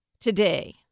Today